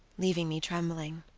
leaving me trembling.